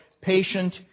patient